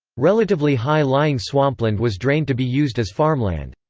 relatively high-lying swampland was drained to be used as farmland.